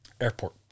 airport